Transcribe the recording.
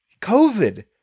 COVID